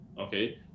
okay